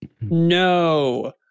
No